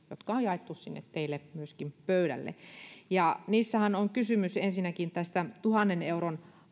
on jaettu sinne teille myöskin pöydälle niissähän on kysymys ensinnäkin tästä tuhannen euron